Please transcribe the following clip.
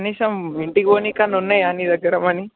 కనీసం ఇంటికి పోనీకన్నా ఉన్నాయా నీ దగ్గర మనీ